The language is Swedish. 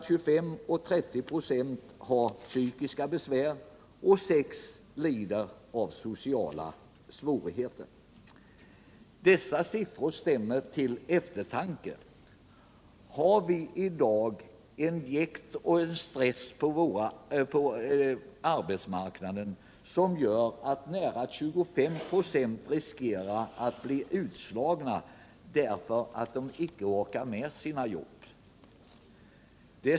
25-30 ?6 har Skyddat arbete och psykiska besvär, medan 6 96 lider av sociala svårigheter. yrkesinriktad Dessa siffror stämmer till eftertanke. Har vi i dag sådant jäkt och rehabilitering en sådan stress på arbetsmarknaden att nära 25 26 av de anställda riskerar — m.m. att bli utslagna, därför att de inte orkar med sina arbeten?